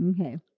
Okay